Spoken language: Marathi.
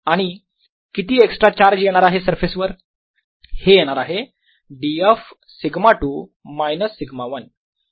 आणि किती एक्स्ट्रा चार्ज येणार आहे सरफेस वर हे येणार आहे df σ2 मायनस σ1